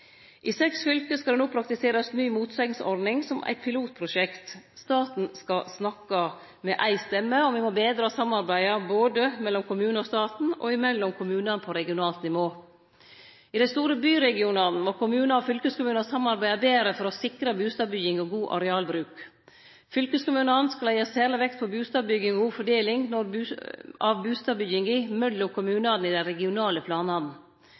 I seks fylke skal det no praktiserast ny motsegnsordning, som eit pilotprosjekt. Staten skal snakke med éi stemme. Me må betre samarbeidet mellom kommunane og staten og mellom kommunane på regionalt nivå. I dei store byregionane må kommunar og fylkeskommunar samarbeide betre for å sikre bustadbygging og god arealbruk. Fylkeskommunane skal leggje særleg vekt på bustadbygging og god fordeling av bustadbygginga mellom kommunane i dei regionale planane.